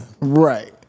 Right